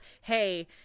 hey